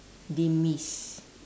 demise